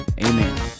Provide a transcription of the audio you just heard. amen